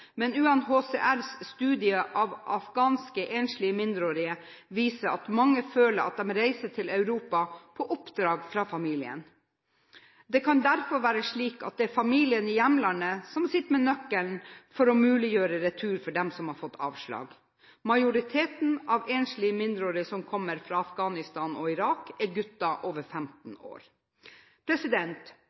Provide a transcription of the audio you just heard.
Men UNHCRs studie av afghanske enslige mindreårige viser at mange føler at de reiser til Europa på oppdrag fra familien. Det kan derfor være slik at det er familien i hjemlandet som sitter med nøkkelen til å muliggjøre retur for dem som har fått avslag. Majoriteten av enslige mindreårige som kommer fra Afghanistan og Irak, er gutter over 15